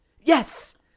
Yes